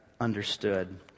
understood